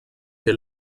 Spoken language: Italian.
che